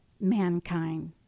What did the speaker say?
mankind